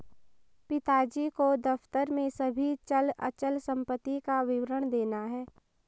पिताजी को दफ्तर में सभी चल अचल संपत्ति का विवरण देना है